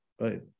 right